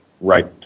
Right